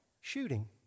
shooting